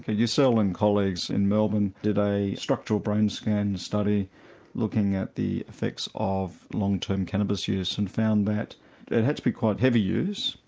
yucel and colleagues in melbourne did a structural brain scan study looking at the effects of long term cannabis use and found that there had to be quite heavy use,